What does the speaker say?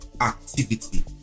activity